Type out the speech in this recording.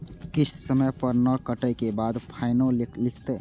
किस्त समय पर नय कटै के बाद फाइनो लिखते?